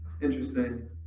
Interesting